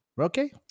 Okay